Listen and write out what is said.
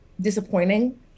disappointing